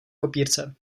kopírce